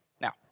Now